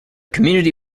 community